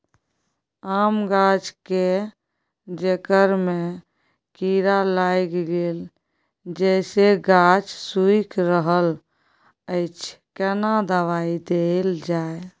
आम गाछ के जेकर में कीरा लाईग गेल जेसे गाछ सुइख रहल अएछ केना दवाई देल जाए?